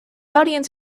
audience